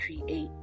create